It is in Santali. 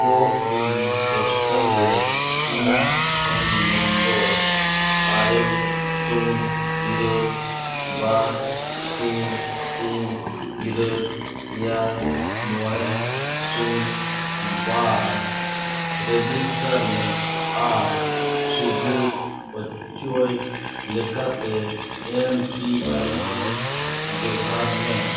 ᱠᱳᱼᱩᱭᱤᱱ ᱯᱳᱥᱴᱟᱞ ᱨᱮ ᱤᱧᱟᱹᱜ ᱯᱷᱚᱱ ᱱᱚᱢᱵᱚᱨ ᱟᱨᱮ ᱥᱩᱱ ᱤᱨᱟᱹᱞ ᱵᱟᱨ ᱥᱩᱱ ᱯᱩᱱ ᱤᱨᱟᱹᱞ ᱮᱭᱟᱭ ᱢᱚᱬᱮ ᱥᱩᱱ ᱵᱟᱨ ᱨᱮᱡᱤᱥᱴᱟᱨ ᱢᱮ ᱟᱨ ᱥᱟᱹᱵᱩᱫᱽ ᱚᱪᱚᱭ ᱞᱮᱠᱟᱛᱮ ᱮᱢ ᱯᱤ ᱟᱭ ᱮᱱ ᱵᱮᱵᱚᱦᱟᱨ ᱢᱮ